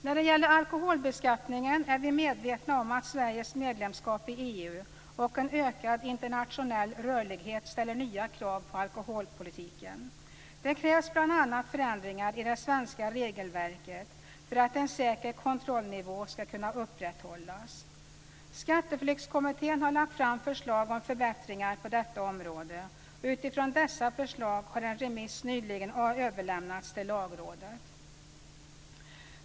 När det gäller alkoholbeskattningen är vi medvetna om att Sveriges medlemskap i EU och en ökad internationell rörlighet ställer nya krav på alkoholpolitiken. Det krävs bl.a. förändringar i det svenska regelverket för att en säker kontrollnivå skall kunna upprätthållas. Skatteflyktskommittén har lagt fram förslag om förbättringar på detta område. Utifrån dessa förslag har en remiss nyligen överlämnats till lagrådet.